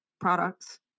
products